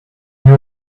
new